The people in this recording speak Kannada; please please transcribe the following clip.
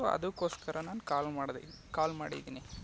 ಸೊ ಅದಕ್ಕೊಸ್ಕರ ನಾನು ಕಾಲ್ ಮಾಡಿದೆ ಕಾಲ್ ಮಾಡಿದ್ದೀನಿ